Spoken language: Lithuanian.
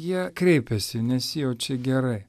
jie kreipiasi nesijaučia gerai